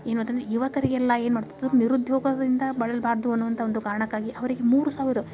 ಏನು ಅಂತಂದರೆ ಯುವಕರಿಗೆಲ್ಲ ಏನು ಮಾಡ್ತಿದ್ದರು ನಿರುದ್ಯೋಗದಿಂದ ಬಳಲಬಾರ್ದು ಅನ್ನುವಂಥ ಒಂದು ಕಾರಣಕ್ಕಾಗಿ ಅವರಿಗೆ ಮೂರು ಸಾವಿರ